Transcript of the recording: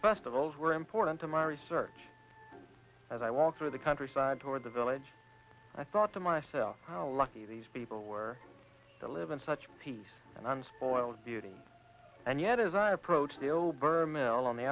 festivals were important to my research as i walked through the countryside toward the village i thought to myself how lucky these people were to live in such peace and unspoiled beauty and yet as i approached the o'byrne mill on the